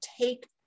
take